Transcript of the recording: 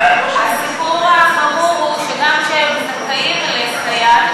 הסיפור החמור הוא שגם כשהם זכאים לסייעת,